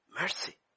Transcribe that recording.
mercy